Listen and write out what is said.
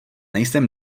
nejsem